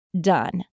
done